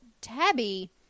Tabby